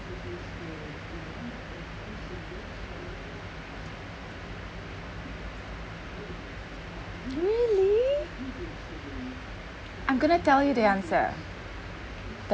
really I'm going to tell you the answer